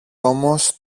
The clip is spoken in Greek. όμως